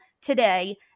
today